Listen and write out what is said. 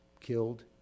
killed